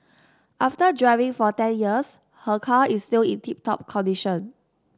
after driving for ten years her car is still in tip top condition